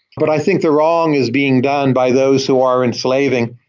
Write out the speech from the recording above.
but i think the wrong is being done by those who are enslaving,